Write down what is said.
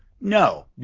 No